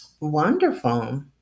Wonderful